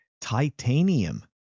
titanium